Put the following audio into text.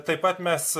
taip pat mes